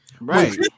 Right